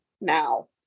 now